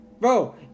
Bro